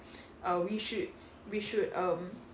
err we should we should um